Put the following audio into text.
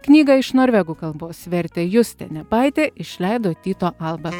knygą iš norvegų kalbos vertė justė nepaitė išleido tyto alba